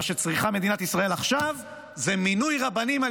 מה שצריכה מדינת ישראל עכשיו זה מינוי רבנים על